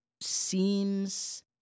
seems